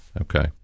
Okay